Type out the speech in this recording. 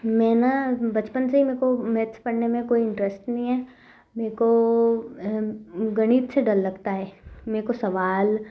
मैं ना बचपन से मुझको मैथ पढ़ने में कोई इंटरेस्ट नहीं है मुझको गणित से डर लगता है मुझको सवाल